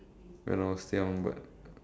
when I was young but